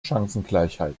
chancengleichheit